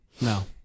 No